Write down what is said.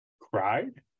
Cried